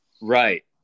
Right